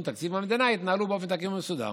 תקציב מהמדינה יתנהלו באופן תקין ומסודר.